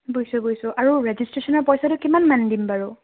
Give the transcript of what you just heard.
বুজিছো বুজিছো আৰু ৰেজিষ্ট্ৰেশ্যনৰ পইচাটো কিমান মান দিম বাৰু